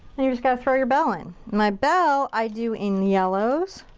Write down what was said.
and you just gotta throw your bell in. my bell i do in yellows